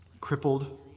crippled